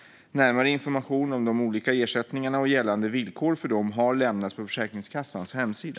Närmare information om de olika ersättningarna, och gällande villkor för dem, har lämnats på Försäkringskassans hemsida.